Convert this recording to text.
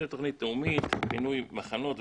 זה תוכנית לאומית, פינוי מחנות וכו'.